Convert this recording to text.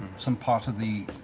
some part of the